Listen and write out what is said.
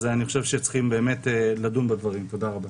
אז באמת צריכים לדון בדברים, תודה.